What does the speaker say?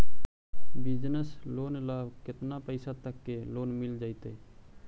Business loan ल केतना पैसा तक के लोन मिल जितै?